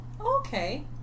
Okay